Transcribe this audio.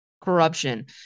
corruption